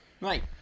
Right